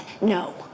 no